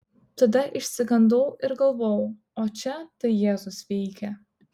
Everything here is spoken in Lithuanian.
tada išsigandau ir galvojau o čia tai jėzus veikia